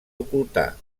ocultar